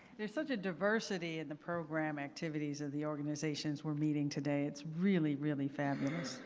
there's such a diversity in the program activities of the organizations we're meeting today. it's really, really fabulous.